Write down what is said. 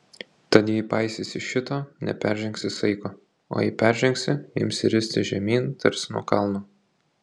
tad jei paisysi šito neperžengsi saiko o jei peržengsi imsi ristis žemyn tarsi nuo kalno